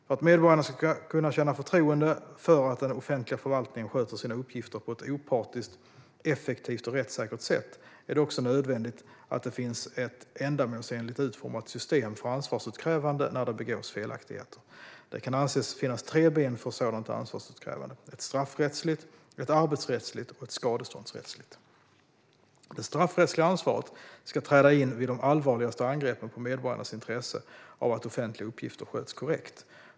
För att medborgarna ska kunna känna förtroende för att den offentliga förvaltningen sköter sina uppgifter på ett opartiskt, effektivt och rättssäkert sätt är det också nödvändigt att det finns ett ändamålsenligt utformat system för ansvarsutkrävande när det begås felaktigheter. Det kan anses finnas tre ben för sådant ansvarsutkrävande: ett straffrättsligt, ett arbetsrättsligt och ett skadeståndsrättsligt. Det straffrättsliga ansvaret ska träda in vid de allvarligaste angreppen på medborgarnas intresse av att offentliga uppgifter sköts korrekt.